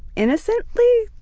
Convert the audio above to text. innocently.